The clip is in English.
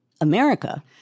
America